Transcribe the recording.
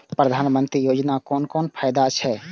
प्रधानमंत्री योजना कोन कोन फायदा छै?